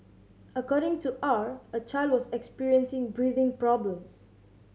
according to R a child was experiencing breathing problems